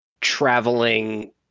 traveling